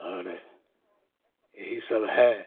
और यही सब है